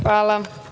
Hvala.